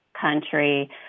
country